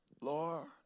Lord